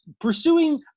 pursuing